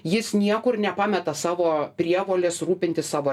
jis niekur nepameta savo prievolės rūpintis savo